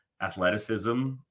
athleticism